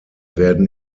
werden